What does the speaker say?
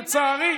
לצערי,